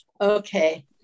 Okay